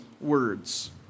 words